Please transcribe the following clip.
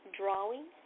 drawing